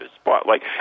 Spotlight